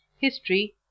history